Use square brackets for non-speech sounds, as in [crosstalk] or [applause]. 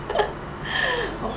[laughs]